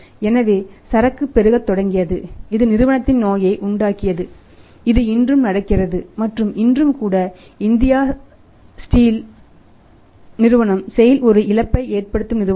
எனவே சரக்கு பெருகத் தொடங்கியது இது நிறுவனத்தின் நோயை உண்டாக்கியது இது இன்றும் நடக்கிறது மற்றும் இன்றும் கூட இந்திய ஸ்டீல் நிறுவனம் SAIL ஒரு இழப்பை ஏற்படுத்தும் நிறுவனம்